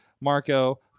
marco